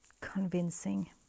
convincing